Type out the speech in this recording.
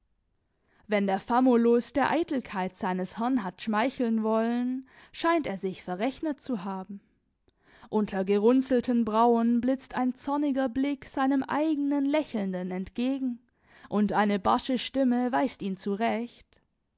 wenn der famulus der eitelkeit seines herrn hat schmeicheln wollen scheint er sich verrechnet zu haben unter gerunzelten brauen blitzt ein zorniger blick seinem eigenen lächelnden entgegen und eine barsche stimme weist ihn zurecht